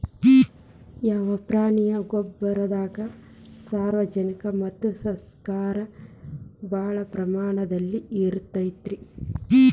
ಯಾವ ಪ್ರಾಣಿಯ ಗೊಬ್ಬರದಾಗ ಸಾರಜನಕ ಮತ್ತ ಸಸ್ಯಕ್ಷಾರ ಭಾಳ ಪ್ರಮಾಣದಲ್ಲಿ ಇರುತೈತರೇ?